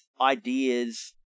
ideas